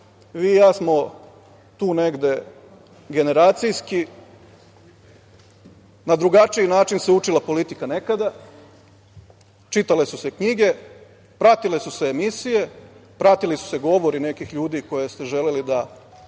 Vi i ja smo tu negde generacijski. Na drugačiji način se učila politika nekada, čitale su se knjige, pratile su se emisije, pratili su se govori nekih ljudi koje ste želeli da